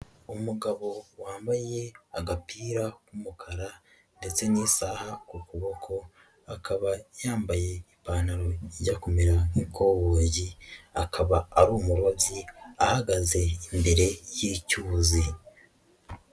Umugabo wambaye agapira k'umukara ndetse n'isaha ku kuboko, akaba yambaye ipantaro ijya kumera nk'ikoboyi, akaba ari umurobyi, ahagaze imbere y'icyuzi.